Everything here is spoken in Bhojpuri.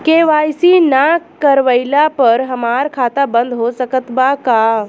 के.वाइ.सी ना करवाइला पर हमार खाता बंद हो सकत बा का?